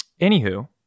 Anywho